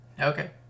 Okay